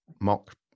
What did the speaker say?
mock